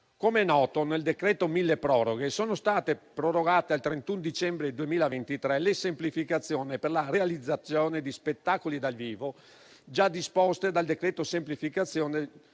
Come noto, nel decreto-legge milleproroghe sono state prorogate al 31 dicembre 2023 le semplificazioni per la realizzazione di spettacoli dal vivo, già disposte dal decreto-legge semplificazione,